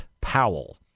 Powell